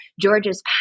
George's